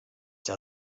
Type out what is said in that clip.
der